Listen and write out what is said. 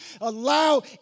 allow